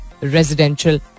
residential